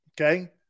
okay